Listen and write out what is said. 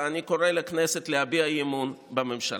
ואני קורא לכנסת להביע אי-אמון בממשלה.